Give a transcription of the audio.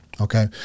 Okay